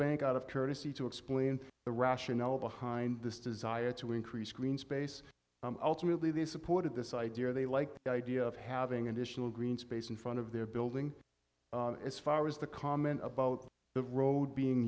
bank out of courtesy to explain the rationale behind this desire to increase green space ultimately they supported this idea they liked the idea of having additional green space in front of their building as far as the comment about the road being